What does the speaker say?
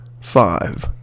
five